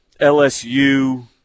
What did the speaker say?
LSU